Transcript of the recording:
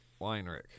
Weinrich